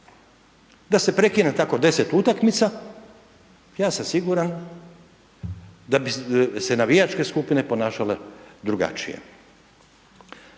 Da se prekine tako 10 utakmica ja sam siguran da bi se navijačke skupine ponašale drugačije.